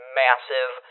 massive